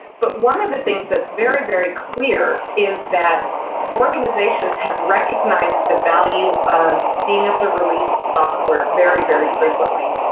but one of the things that's very, very clear is that organizations have recognized the value of being able to release software very, very frequently.